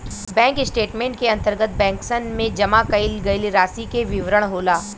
bank statement के अंतर्गत बैंकसन में जमा कईल गईल रासि के विवरण होला